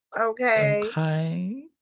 Okay